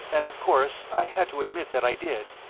and of course i had to admit that i did.